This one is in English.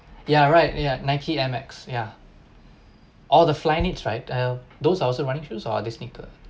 yeah right yeah Nike air max ya all the flyknit right those are also running shoes or are they sneaker